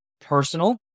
personal